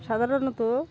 সাধারণত